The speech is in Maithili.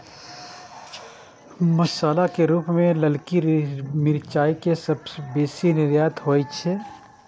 मसाला के रूप मे ललकी मिरचाइ के सबसं बेसी निर्यात होइ छै